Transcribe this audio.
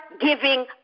giving